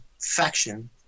faction